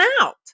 out